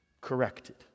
corrected